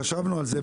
חשבנו על זה,